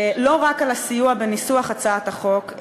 לא רק על הסיוע בניסוח הצעת החוק,